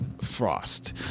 Frost